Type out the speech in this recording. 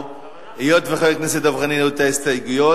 היות שחבר הכנסת דב חנין הוריד את ההסתייגויות,